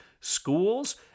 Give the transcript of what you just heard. Schools